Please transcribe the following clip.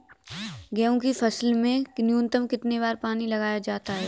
गेहूँ की फसल में न्यूनतम कितने बार पानी लगाया जाता है?